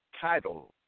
title